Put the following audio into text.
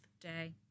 day